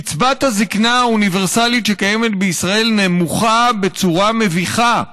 קצבת הזקנה האוניברסלית שקיימת בישראל נמוכה בצורה מביכה.